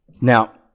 Now